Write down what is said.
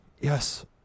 Yes